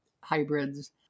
hybrids